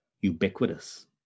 ubiquitous